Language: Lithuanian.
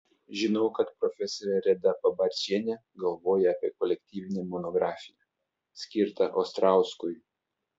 žinau kad profesorė reda pabarčienė galvoja apie kolektyvinę monografiją skirtą ostrauskui